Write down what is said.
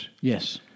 Yes